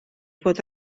fod